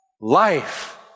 life